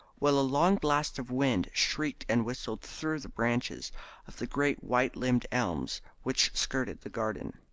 while a long blast of wind shrieked and whistled through the branches of the great white-limbed elms which skirted the garden.